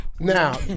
Now